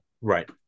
Right